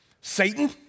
Satan